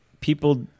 people